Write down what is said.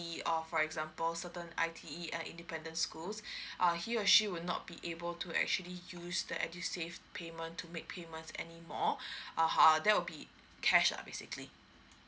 or for example certain I_T_E and independent schools err he or she would not be able to actually use the edusave payment to make payments anymore (uh huh) that would be cash uh basically